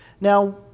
Now